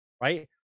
right